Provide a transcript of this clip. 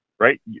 right